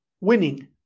winning